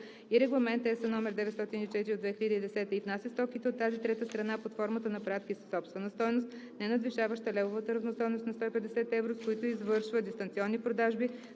и Регламент (ЕС) № 904/2010, и внася стоките от тази трета страна под формата на пратки със собствена стойност, ненадвишаваща левовата равностойност на 150 евро, с които извършва дистанционни продажби